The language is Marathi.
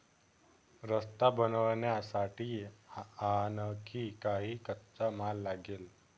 रस्ता बनवण्यासाठी आणखी काही कच्चा माल लागेल